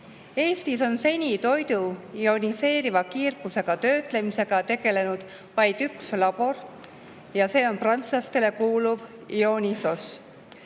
Eestis on toidu ioniseeriva kiirgusega töötlemisega seni tegelenud vaid üks labor, see on prantslastele kuuluv Ionisos,